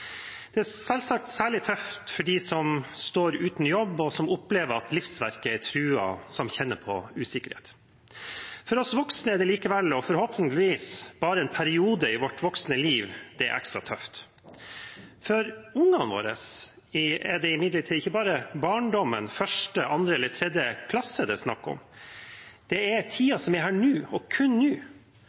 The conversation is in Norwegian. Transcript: Det er selvsagt særlig tøft for dem som står uten jobb, som opplever at livsverket er truet, og som kjenner på usikkerhet. For oss voksne er det likevel –forhåpentligvis – bare en periode i vårt voksne liv da det er ekstra tøft. For ungene våre er det imidlertid ikke bare barndommen – første, andre eller tredje klasse –det er snakk om. Det er tiden som er her nå, og kun nå,